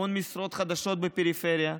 המון משרות חדשות בפריפריה,